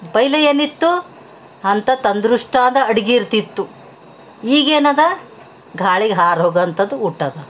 ಪೈಲೆ ಏನಿತ್ತು ಅಂಥ ತಂದ್ರುಷ್ಟಾದ ಅಡ್ಗೆ ಇರ್ತಿತ್ತು ಈಗೇನದ ಗಾಳಿಗೆ ಹಾರೋಗಂಥದ್ದು ಊಟ ಅದ